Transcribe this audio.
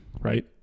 right